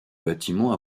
bâtiment